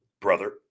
brother